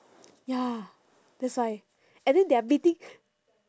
ya that's why and then they are meeting